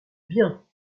bien